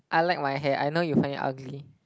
I like my hair I know you find it ugly